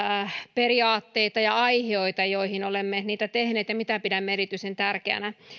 periaatteita ja aihioita joihin olemme niitä tehneet ja mitä pidämme erityisen tärkeänä